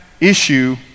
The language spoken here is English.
issue